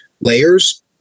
layers